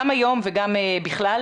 גם היום וגם בכלל.